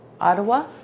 ottawa